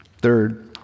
Third